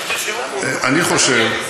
אני חושב,